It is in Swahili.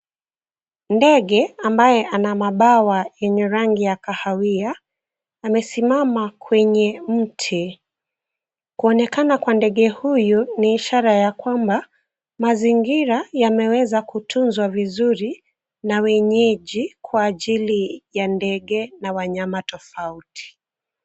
Ndege ambaye ana mabawa yenye rangi ya kahawia, amesimama kwenye mti. Kuonekana kwa ndege huyu ni ishara ya kwamba mazingira yameweza kutunzwa vizuri na wenyeji, kwa ajili ya ndege na wanyama tofauti.